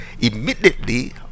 immediately